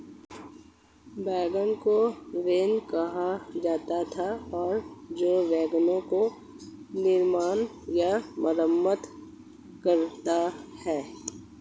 wagon को wain कहा जाता था और जो वैगनों का निर्माण या मरम्मत करता है